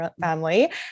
family